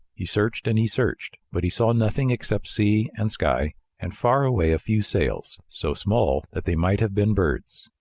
he searched and he searched, but he saw nothing except sea and sky and far away a few sails, so small that they might have been birds.